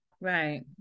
Right